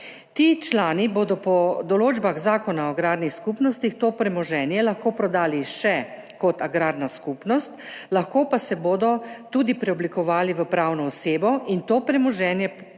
Ti člani bodo po določbah zakona o agrarnih skupnostih to premoženje lahko prodali še kot agrarna skupnost, lahko pa se bodo tudi preoblikovali v pravno osebo in to premoženje